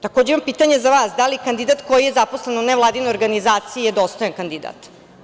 Takođe imam pitanje za vas, da li kandidat koji je zaposlen u nevladinoj organizaciji je dostojan kandidat?